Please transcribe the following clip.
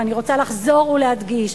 ולחזור ולהדגיש,